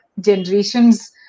generations